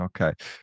Okay